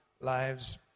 lives